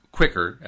quicker